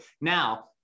Now